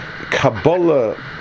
Kabbalah